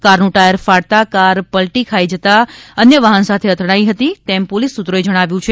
car નું tyre ફાટતા car પલટી ખાઇ ગઇ હતી અને અન્ય વાહન સાથે અથડાઈ હતી તેમ પોલીસ સુત્રોએ જણાવેલ છે